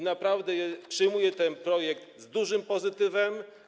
Naprawdę przyjmuję ten projekt z dużym pozytywem.